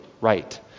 Right